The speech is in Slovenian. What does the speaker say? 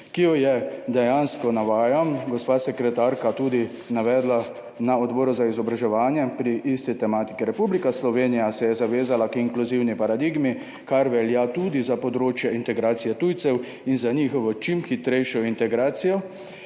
ki jo dejansko navajam, je gospa sekretarka tudi navedla na Odboru za izobraževanje pri isti tematiki: »Republika Slovenija se je zavezala k inkluzivni paradigmi, kar velja tudi za področje integracije tujcev. Za njihovo čim hitrejšo integracijo,